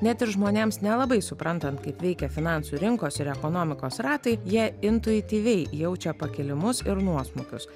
net ir žmonėms nelabai suprantant kaip veikia finansų rinkos ir ekonomikos ratai jie intuityviai jaučia pakilimus ir nuosmukius